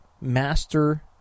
master